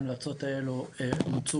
ההמלצות האלה מוצו